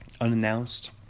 unannounced